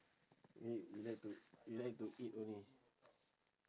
eh you like to you like to eat only